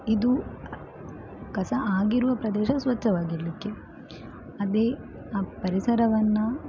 ಇದು ಕಸ ಆಗಿರುವ ಪ್ರದೇಶ ಸ್ವಚ್ಛವಾಗಿರಲಿಕ್ಕೆ ಅದೇ ಆ ಪರಿಸರವನ್ನು